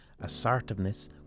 assertiveness